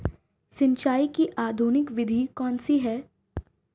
सिंचाई की आधुनिक विधि कौनसी हैं?